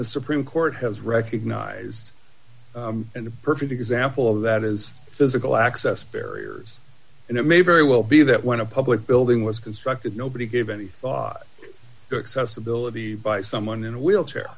the supreme court has recognized and a perfect example of that is physical access barriers and it may very well be that when a public building was constructed nobody gave any thought to accessibility by someone in a wheelchair